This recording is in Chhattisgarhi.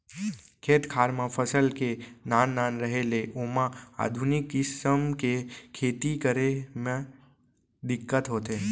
खेत खार म फसल के नान नान रहें ले ओमा आधुनिक किसम के खेती करे म दिक्कत होथे